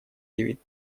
девять